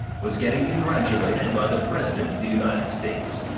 was getting congratulated by the president of the united states.